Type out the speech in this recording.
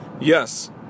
yes